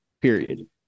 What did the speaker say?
period